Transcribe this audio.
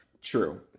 True